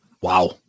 Wow